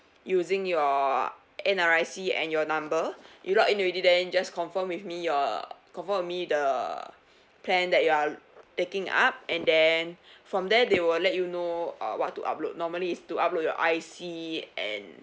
using your N_R_I C and your number you log in already then you just confirm with me your confirm with me the plan that you are taking up and then from there they will let you know uh what to upload normally is to upload your I_C and